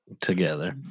Together